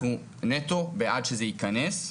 אנחנו נטו בעד שזה ייכנס,